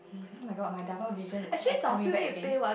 oh-my-god my double vision is coming back again